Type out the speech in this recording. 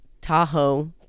Tahoe